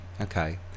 Okay